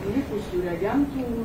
likusių reagentų